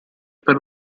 per